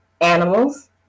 animals